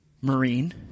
Marine